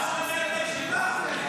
אנחנו לא משתמשים בילדים שלנו.